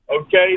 Okay